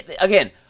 Again